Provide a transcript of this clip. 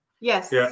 Yes